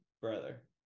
brother